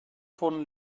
von